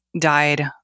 died